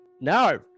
No